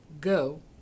go